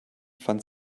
fand